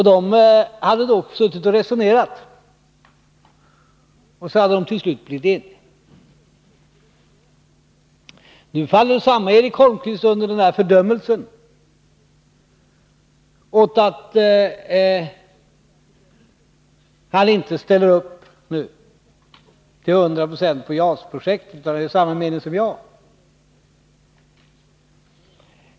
De hade då suttit och resonerat och till slut blivit eniga. Nu faller samme Eric Holmqvist under fördömelsen, därför att han inte nu ställer upp till hundra procent på JAS-projektet, utan har samma mening som jag.